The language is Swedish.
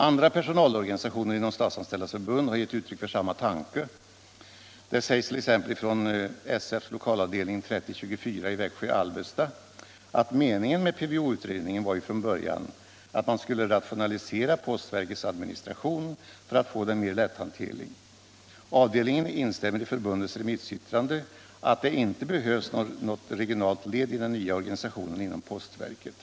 Andra personalorganisationer inom Statsanställdas förbund har givit uttryck för samma tanke. Det sägs t.ex. från lokalavdelning 3024 i Växjö-Alvesta att meningen med PVO-utredningen från början var att man skulle ra Nr 133 tionalisera postverkets administration för att få den mer lätthanterlig. Torsdagen den Avdelningen instämmer i förbundets remissyttrande att det inte behövs 20 maj 1976 något regionalt led i den nya organisationen inom postverket.